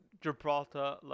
Gibraltar